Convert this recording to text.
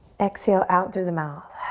exhale out through the mouth.